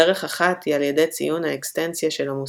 דרך אחת היא על ידי ציון האקסטנציה של המושגים,